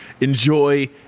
Enjoy